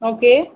okay